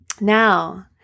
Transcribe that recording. Now